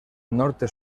norte